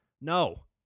No